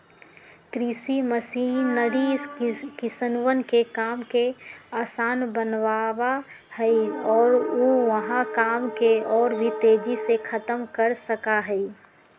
कृषि मशीनरी किसनवन के काम के आसान बनावा हई और ऊ वहां काम के और भी तेजी से खत्म कर सका हई